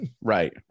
right